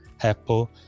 Apple